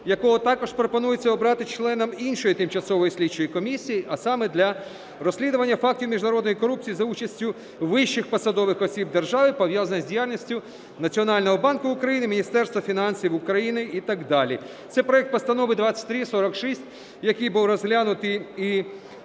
якого також пропонується обрати членом іншої Тимчасової слідчої комісії, а саме для розслідування фактів міжнародної корупції за участю вищих посадових осіб держави, пов'язаних з діяльністю Національного банку України, Міністерства фінансів України і так далі. Це проект постанови 2346, який був розглянутий